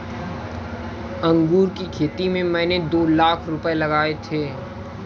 अंगूर की खेती में मैंने दो लाख रुपए लगाए थे